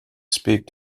speak